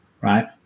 right